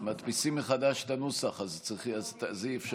מדפיסים מחדש את הנוסח אז אי-אפשר.